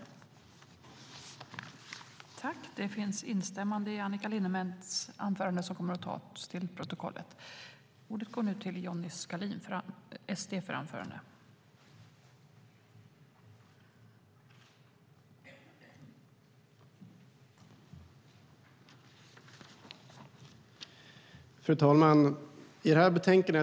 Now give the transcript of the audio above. I detta anförande instämde Jan Lindholm .